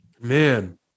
man